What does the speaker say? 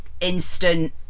instant